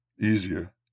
Easier